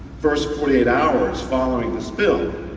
first forty eight hours following the spill.